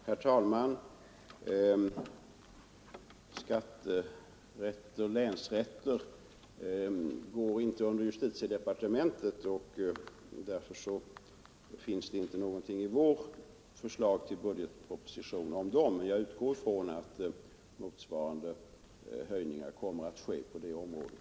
Herr talman! Skatterätter och länsrätter handläggs inte av justitiedepartementet, och därför finns det inte upptaget någonting om dem i vår budgetproposition. Jag utgår emellertid från att motsvarande höjningar kommer till stånd på det området.